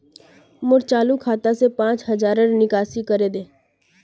मोर चालु खाता से पांच हज़ारर निकासी करे दे